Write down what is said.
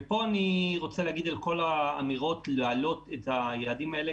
ופה אני רוצה לדבר על כל האמירות שמבקשות להעלות את היעדים האלה.